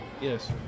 Yes